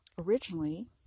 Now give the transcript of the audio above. originally